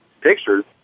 pictures